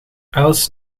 els